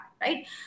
right